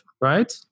right